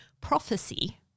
prophecy